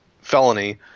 felony